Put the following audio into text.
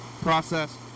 process